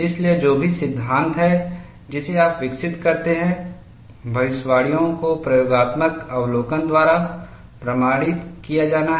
इसलिए जो भी सिद्धांत है जिसे आप विकसित करते हैं भविष्यवाणियों को प्रयोगात्मक अवलोकन द्वारा प्रमाणित किया जाना है